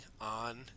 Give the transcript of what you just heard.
on